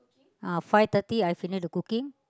uh five thirty I finish the cooking